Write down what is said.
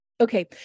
Okay